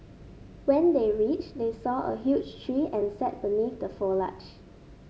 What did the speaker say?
when they reached they saw a huge tree and sat beneath the foliage